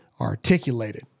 articulated